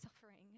suffering